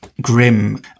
grim